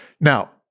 Now